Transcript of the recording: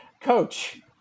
Coach